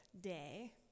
day